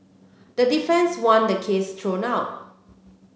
the defence want the case thrown out